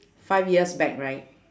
five years back right